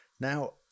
Now